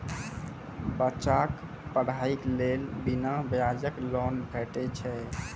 बच्चाक पढ़ाईक लेल बिना ब्याजक लोन भेटै छै?